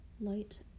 light